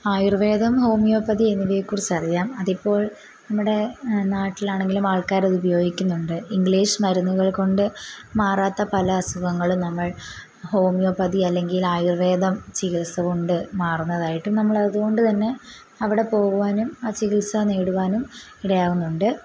ആയുർവേദം ഹോമിയോപതി എന്നിവയെക്കുറിച്ച് അറിയാം അതിപ്പോൾ നമ്മുടെ നാട്ടിലാണെങ്കിലും ആൾക്കാരതുപയോഗിക്കുന്നുണ്ട് ഇംഗ്ലീഷ് മരുന്നുകൾകൊണ്ട് മാറാത്ത പല അസുഖങ്ങളും നമ്മൾ ഹോമിയോപ്പതി അല്ലെങ്കിൽ ആയുർവേദം ചികിത്സകൊണ്ട് മാറുന്നതായിട്ടും നമ്മളതുകൊണ്ട്തന്നെ അവിടെ പോകുവാനും ആ ചികിൽസ നേടുവാനും ഇടയാകുന്നുണ്ട്